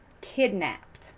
kidnapped